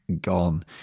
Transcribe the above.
gone